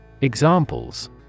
Examples